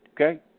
Okay